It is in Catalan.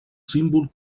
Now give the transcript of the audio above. símbol